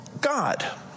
God